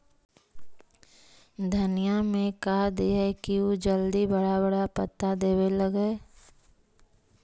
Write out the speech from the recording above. धनिया में का दियै कि उ जल्दी बड़ा बड़ा पता देवे लगै?